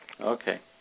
Okay